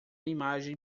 imagem